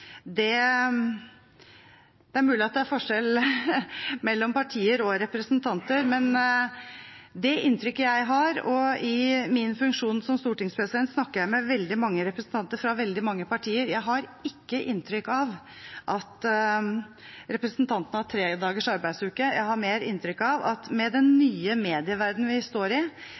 arbeidsuke. Det er mulig det er forskjeller mellom partier og mellom representanter, men jeg har ikke inntrykk av – og i min funksjon som stortingspresident snakker jeg med veldig mange representanter fra veldig mange partier – at representantene har tredagers arbeidsuke. Jeg har mer inntrykk av at med den nye medieverdenen vi står i,